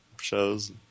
shows